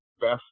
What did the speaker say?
best